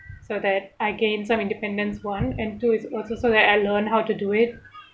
so that I gain some independence one and two is also so that I learn how to do it